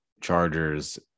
Chargers